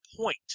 point